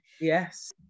Yes